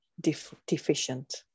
deficient